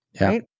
right